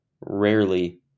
rarely